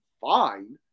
fine